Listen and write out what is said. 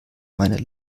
meiner